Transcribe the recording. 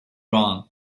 wrong